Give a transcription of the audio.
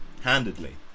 handedly